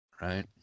right